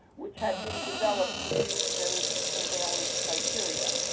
which had been developed to use those surveillance criteria.